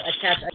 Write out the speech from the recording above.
attach